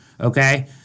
Okay